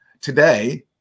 today